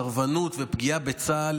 סרבנות ופגיעה בצה"ל,